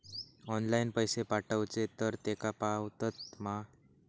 Online पैसे पाठवचे तर तेका पावतत मा?